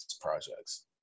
projects